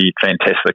fantastic